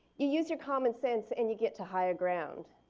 you use your common sense and you get to higher ground.